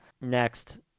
Next